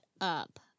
up